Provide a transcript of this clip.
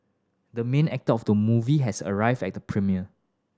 the main actor of the movie has arrived at the premiere